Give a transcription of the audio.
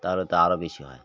তা হলে তো আরও বেশি হয়